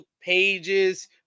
pages